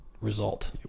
result